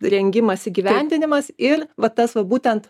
rengimas įgyvendinimas ir va tas va būtent